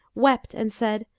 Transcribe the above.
wept and said,